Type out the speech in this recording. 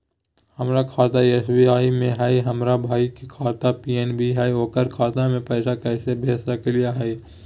हमर खाता एस.बी.आई में हई, हमर भाई के खाता पी.एन.बी में हई, ओकर खाता में पैसा कैसे भेज सकली हई?